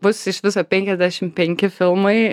bus iš viso penkiasdešim penki filmai